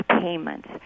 payments